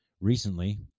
Recently